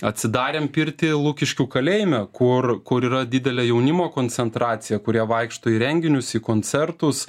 atsidarėm pirtį lukiškių kalėjime kur kur yra didelė jaunimo koncentracija kurie vaikšto į renginius į koncertus